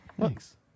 thanks